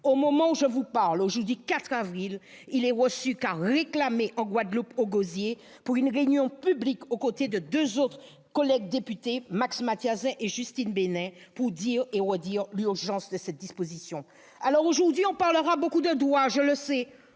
Au moment où je vous parle, aujourd'hui 4 avril, ce dernier est reçu, car réclamé, en Guadeloupe, au Gosier, pour une réunion publique au côté de deux autres députés, Max Mathiasin et Justine Benin, pour dire et redire l'urgence de cette disposition. Alors, aujourd'hui, on parlera beaucoup de droit, je le sais,